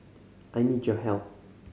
I need your help